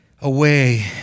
away